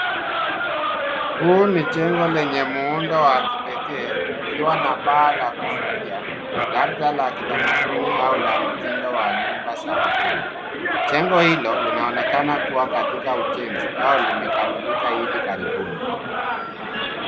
Huu ni jengo lenye muundo wa kipekee likiwa na paa la kuvutia labda la kitamaduni au mtindo wa nyumba za wageni. Jengo hilo linaonekana kuwa katika ujenzi au limekamilika hivi karibuni.